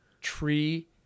tree